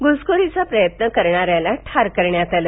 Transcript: घुसखोरीचा प्रयत्न करणाऱ्याला ठार करण्यात आलं